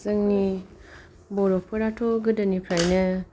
जोंनि बर'फोराथ' गोदोनिफ्रायनो